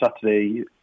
Saturday